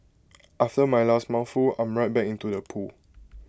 after my last mouthful I'm right back into the pool